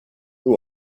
who